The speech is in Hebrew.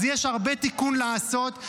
אז יש הרבה תיקון לעשות,